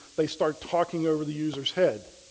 they start talking over the user's head.